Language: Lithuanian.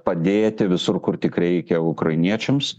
padėti visur kur tik reikia ukrainiečiams